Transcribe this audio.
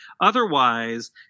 Otherwise